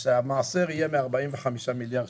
אז שהמעשר יהיה מ-45 מיליארד